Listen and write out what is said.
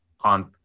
on